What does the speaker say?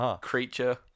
creature